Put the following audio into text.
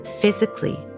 physically